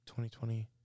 2020